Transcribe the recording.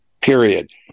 Period